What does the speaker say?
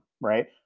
right